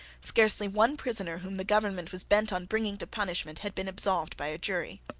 scarcely one prisoner whom the government was bent on bringing to punishment had been absolved by a jury.